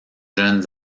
jeunes